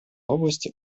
области